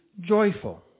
joyful